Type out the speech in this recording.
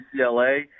UCLA –